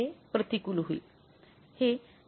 हे प्रतिकूल होईल